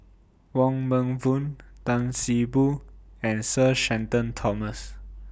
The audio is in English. Wong Meng Voon Tan See Boo and Sir Shenton Thomas